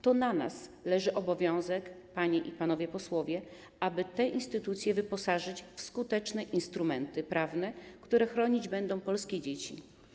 To na nas leży obowiązek, panie i panowie posłowie, aby te instytucje wyposażyć w skuteczne instrumenty prawne, które będą chronić polskie dzieci.